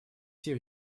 все